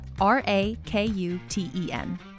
R-A-K-U-T-E-N